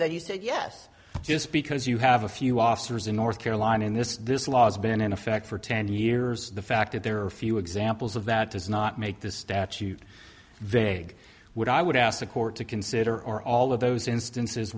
that you say yes just because you have a few officers in north carolina in this this law's been in effect for ten years the fact that there are few examples of that does not make this statute vague would i would ask the court to consider all of those instances